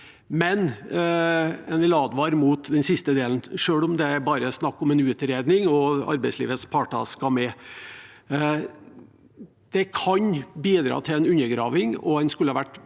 år. Jeg vil advare mot den siste delen, selv om det bare er snakk om en utredning, og arbeidslivets parter skal være med på det. Det kan bidra til en undergraving, og en skulle ha vært